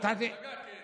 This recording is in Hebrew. אתה לא, המפלגה כן.